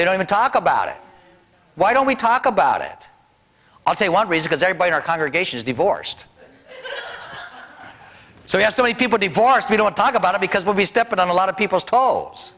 they don't even talk about it why don't we talk about it all day one reason is everybody our congregations divorced so we have so many people divorced we don't talk about it because when we step out on a lot of people's to